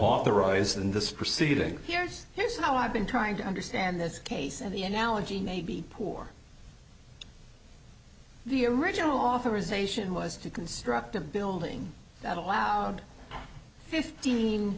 authorized in this proceeding here's here's how i've been trying to understand this case and the analogy may be poor the original offer was a should was to construct a building that allowed fifteen